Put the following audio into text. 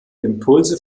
impulse